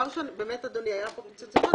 באמת היה פה פיצוץ אתמול,